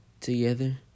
Together